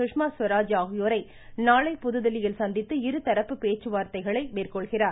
சுஷ்மா ஸ்வராஜ் ஆகியோரை நாளை புதுதில்லியில் சந்தித்து இருதரப்பு பேச்சுவார்த்தைகளை மேற்கொள்கிறார்